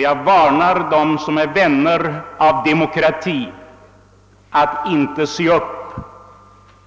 Jag varnar dem som är vänner av demokratin att inte se upp